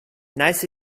nice